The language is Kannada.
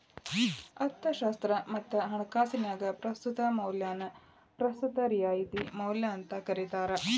ಅರ್ಥಶಾಸ್ತ್ರ ಮತ್ತ ಹಣಕಾಸಿನ್ಯಾಗ ಪ್ರಸ್ತುತ ಮೌಲ್ಯನ ಪ್ರಸ್ತುತ ರಿಯಾಯಿತಿ ಮೌಲ್ಯ ಅಂತೂ ಕರಿತಾರ